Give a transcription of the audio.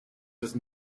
with